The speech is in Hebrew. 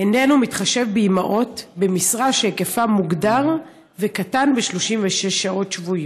איננה מתחשבת באימהות במשרה שהיקפה מוגדר וקטן מ-36 שעות שבועיות.